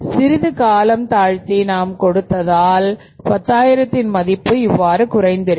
சிறிது காலம் தாழ்த்தி நாம் கொடுத்ததால் 10000 தின் மதிப்பு இவ்வாறு குறைந்திருக்கும்